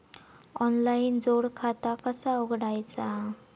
Online जोड खाता कसा उघडायचा?